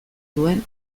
duen